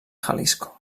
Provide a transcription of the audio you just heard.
jalisco